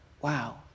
wow